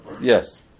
Yes